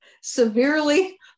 severely